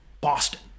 Boston